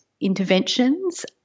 interventions